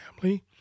family